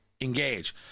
engage